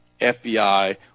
FBI